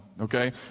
Okay